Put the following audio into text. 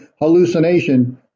hallucination